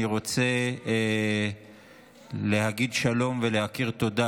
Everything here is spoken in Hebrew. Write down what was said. אני רוצה להגיד שלום ולהכיר תודה